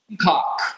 Cock